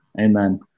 Amen